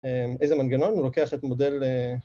‫איזה מנגנון, הוא לוקח את מודל...